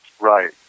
Right